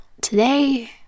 today